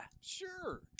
Sure